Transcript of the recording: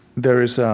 there is ah